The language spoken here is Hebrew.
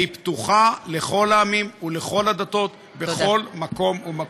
והיא פתוחה לכל העמים ולכל הדתות בכל מקום ומקום.